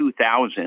2000